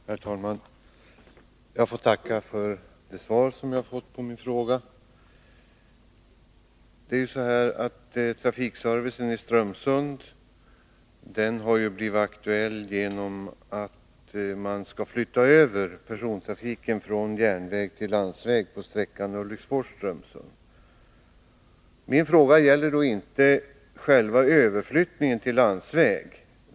Herr talman! Jag får tacka för det svar jag har fått på min fråga. Trafikservicen i Strömsund har blivit aktuell genom att man skall flytta över persontrafiken från järnväg till landsväg på sträckan Ulriksfors-Strömsund. Min fråga gäller inte själva överflyttningen av trafiken till landsväg.